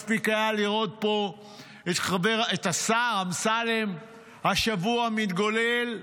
מספיק היה לראות פה את השר אמסלם השבוע מתגולל: